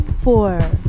four